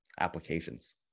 applications